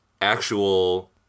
actual